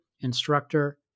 instructor